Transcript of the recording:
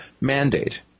mandate